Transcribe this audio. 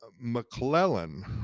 McClellan